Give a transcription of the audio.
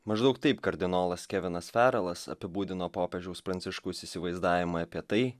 maždaug taip kardinolas kevinas ferelas apibūdino popiežiaus pranciškaus įsivaizdavimą apie tai